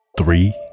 Three